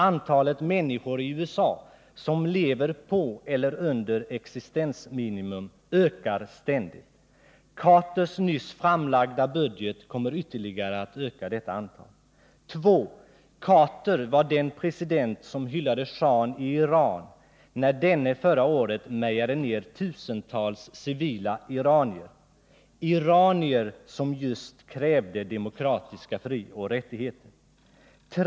Antalet människor i USA som lever på eller under existensminimum ökar ständigt. President Carters nyss framlagda budget kommer att ytterligare öka detta antal. 2. Carter var den president som hyllade shahen i Iran, när denne förra året mejade ner tusentals civila iranier, iranier som krävde just demokratiska frioch rättigheter. 3.